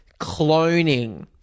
cloning